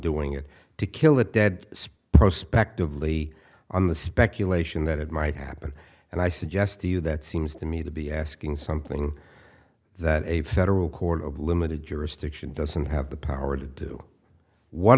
doing it to kill it dead spro suspect of lee on the speculation that it might happen and i suggest to you that seems to me to be asking something that a federal court of limited jurisdiction doesn't have the power to do what